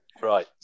Right